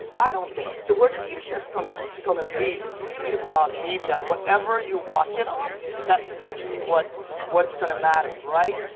i don't think the word tv chef, kind of gonna leave. it's really about media. whatever you watch it on that's essentially what's what's going to matter, right?